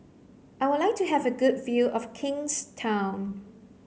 I would like to have a good view of Kingstown